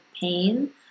pain